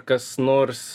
kas nors